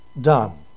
done